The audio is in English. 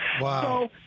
Wow